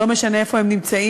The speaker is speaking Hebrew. לא משנה איפה הם נמצאים.